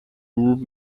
rule